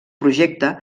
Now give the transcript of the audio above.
projecte